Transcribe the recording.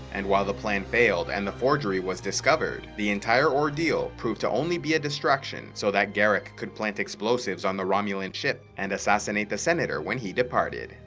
and while the plan failed and the forgery was discovered, the entire ordeal proved to only be a distraction so that garak could plant explosives on the romulan ship and assassinate the senator when he departed.